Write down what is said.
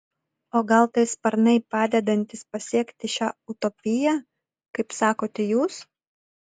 o gal tai sparnai padedantys pasiekti šią utopiją kaip sakote jūs